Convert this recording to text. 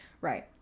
right